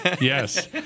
Yes